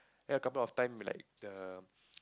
and a couple of time they like the